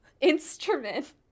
instrument